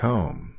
Home